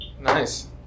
nice